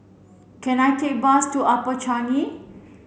can I take a bus to Upper Changi